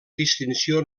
distinció